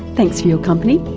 thanks for your company,